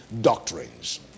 doctrines